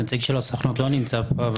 הנציג של הסוכנות לא נמצא פה.